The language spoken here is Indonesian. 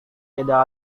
tidak